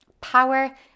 power